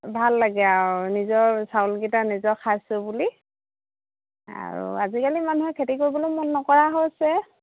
ভাল লাগে আৰু নিজৰ চাউলকেইটা নিজৰ খাইছোঁ বুলি আৰু আজিকালি মানুহে খেতি কৰিবলৈও মন নকৰা হৈছে